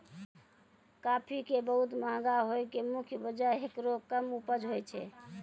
काफी के बहुत महंगा होय के मुख्य वजह हेकरो कम उपज होय छै